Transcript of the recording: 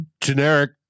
generic